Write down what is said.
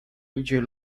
idzie